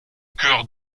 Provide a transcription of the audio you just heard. cœur